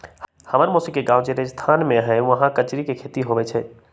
हम्मर मउसी के गाव जे राजस्थान में हई उहाँ कचरी के खेती होई छई